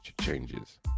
changes